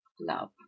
love